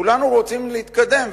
כולנו רוצים להתקדם,